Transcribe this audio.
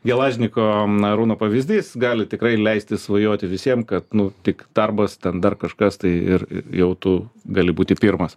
gelažniko arūno pavyzdys gali tikrai leisti svajoti visiem kad nu tik darbas ten dar kažkas tai ir jau tu gali būti pirmas